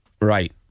Right